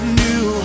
new